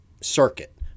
circuit